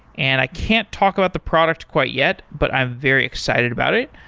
and i can't talk about the product quite yet, but i'm very excited about it,